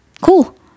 cool